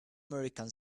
american